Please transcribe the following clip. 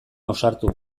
ausartu